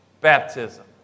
baptism